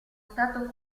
stato